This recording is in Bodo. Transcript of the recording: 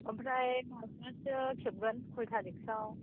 ओमफ्राय माब्लासो खेबगोन कइ थारिकसेयाव